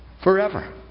Forever